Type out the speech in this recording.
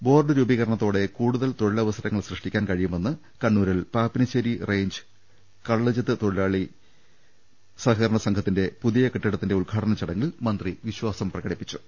board രൂപീകരണത്തോടെ കൂടുതൽ തൊഴിലവസരങ്ങൾ സൃഷ്ടിക്കാൻ കഴിയുമെന്ന് കണ്ണൂരിൽ പാപ്പിനിശ്ശേരി റെയ്ഞ്ച് കള്ളുചെത്തു വ്യവസായ തൊഴിലാളി സഹക രണ സംഘത്തിന്റെ പുതിയ കെട്ടിടത്തിന്റെ ഉദ്ഘാടന ചടങ്ങിൽ മന്ത്രി വിശ്വാസം പ്രകടിപ്പിച്ചു